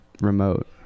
remote